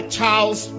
Charles